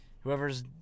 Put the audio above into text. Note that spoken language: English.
whoever's